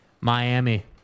Miami